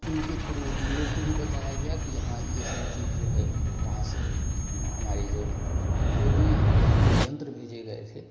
उनके थ्रू हम लोग को भी बताया गया कि यहाँ यह सब चीज़ जो है वहाँ से हमारे जो जो भी यहाँ से यंत्र भेजे गये थे